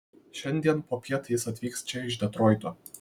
šiandien popiet jis atvyks čia iš detroito